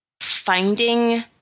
finding